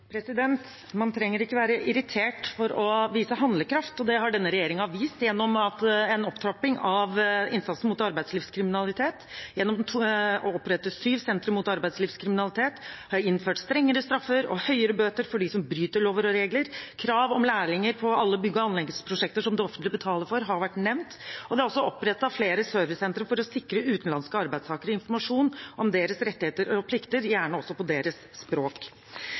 kant. Man trenger ikke være irritert for å vise handlekraft, og det har denne regjeringen vist gjennom en opptrapping av innsatsen mot arbeidslivskriminalitet, gjennom å opprette syv sentre mot arbeidslivskriminalitet og gjennom å innføre strengere straffer og høyere bøter for dem som bryter lover og regler. Krav om lærlinger på alle bygge- og anleggsprosjekter som det offentlige betaler for, har vært nevnt. Det er også opprettet flere servicesentre for å sikre utenlandske arbeidstakere informasjon om deres rettigheter og plikter, gjerne også på deres språk.